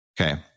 Okay